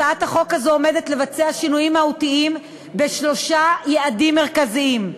הצעת החוק הזאת עומדת לבצע שינויים מהותיים בשלושה יעדים מרכזיים: